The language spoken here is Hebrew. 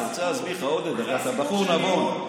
אני רוצה להסביר לך, עודד, הרי אתה בחור נבון.